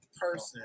person